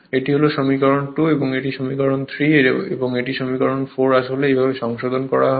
এটি হল সমীকরণ 2 এটি সমীকরণ 3 এবং এটি 4 সমীকরণ আসলে এইভাবে কিছু সংশোধন করা হবে